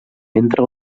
entre